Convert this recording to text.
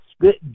Good